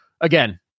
again